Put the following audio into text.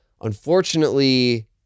unfortunately